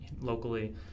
locally